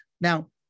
Now